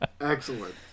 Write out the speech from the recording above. Excellent